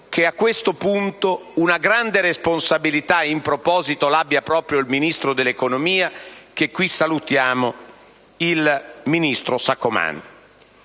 che a questo punto una grande responsabilità in proposito l'abbia proprio il Ministro dell'economia, che qui salutiamo: il ministro Saccomanni.